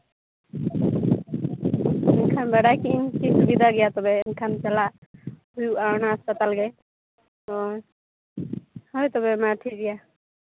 ᱮᱱᱠᱷᱟᱱ ᱵᱟᱲᱟᱭ ᱠᱤᱫᱟᱹᱧ ᱥᱩᱵᱤᱫᱟ ᱜᱮᱭᱟ ᱛᱚᱵᱮ ᱮᱱᱠᱷᱟᱱ ᱪᱟᱞᱟᱜ ᱦᱩᱭᱩᱜᱼᱟ ᱚᱱᱟ ᱦᱟᱥᱯᱟᱛᱟᱞ ᱜᱮ ᱦᱳᱭ ᱦᱳᱭ ᱛᱚᱵᱮ ᱢᱟ ᱴᱷᱤᱠ ᱜᱮᱭᱟ